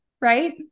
Right